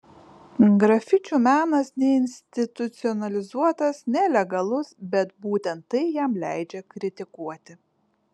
grafičių menas neinstitucionalizuotas nelegalus bet būtent tai jam leidžia kritikuoti